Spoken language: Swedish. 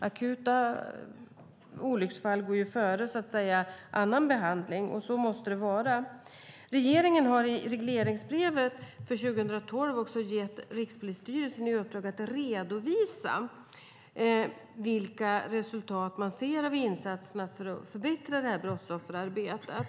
Akuta olycksfall går före annan behandling, och så måste det vara. Regeringen har i regleringsbrevet för 2012 gett Rikspolisstyrelsen i uppdrag att redovisa vilka resultat man ser av insatserna för att förbättra brottsofferarbetet.